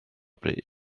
bryd